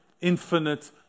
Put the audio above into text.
infinite